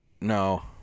No